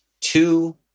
two